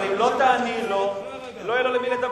נכון, אבל אם לא תעני לו, לא יהיה לו עם לדבר.